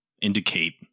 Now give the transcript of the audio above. indicate